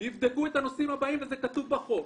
יבדקו את הנושאים הבאים, כך כתוב בחוק: